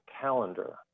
calendar